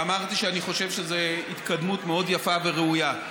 ואמרתי שאני חושב שזאת התקדמות מאוד יפה וראויה.